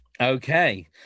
Okay